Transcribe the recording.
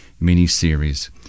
mini-series